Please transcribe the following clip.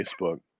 facebook